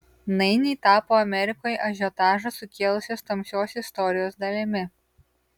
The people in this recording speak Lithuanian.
nainiai tapo amerikoje ažiotažą sukėlusios tamsios istorijos dalimi